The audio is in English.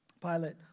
Pilate